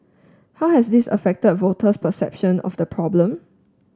how has this affected voters perception of the problem